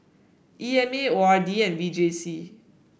E M A O R D and V J C